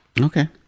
okay